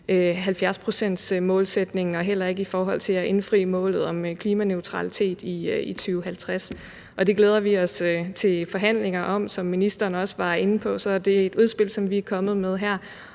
70-procentsmålsætningen og heller ikke i forhold til at indfri målet om klimaneutralitet i 2050. Det glæder vi os til forhandlinger om. Som ministeren også var inde på, er det her et udspil, som vi er kommet med,